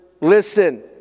listen